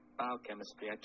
biochemistry